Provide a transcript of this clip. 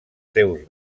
seus